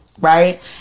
Right